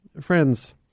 friends